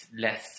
less